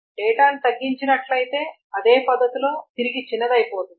డేటాను తగ్గించినట్లయితే అదే పద్ధతిలో తిరిగి చిన్నదయిపోతుంది